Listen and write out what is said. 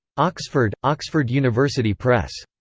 oxford oxford university press.